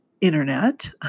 internet